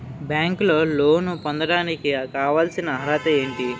బ్యాంకులో లోన్ పొందడానికి కావాల్సిన అర్హత ఏంటి?